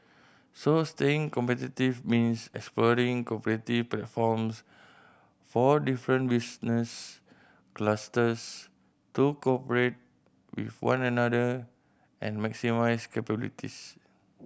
so staying competitive means exploring cooperative platforms for different business clusters to cooperate with one another and maximise capabilities